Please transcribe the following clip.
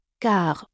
Car